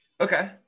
Okay